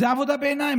זאת עבודה בעיניים.